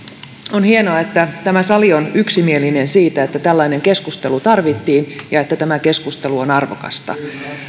on hienoa että tämä sali on yksimielinen siitä että tällainen keskustelu tarvittiin ja että tämä keskustelu on arvokasta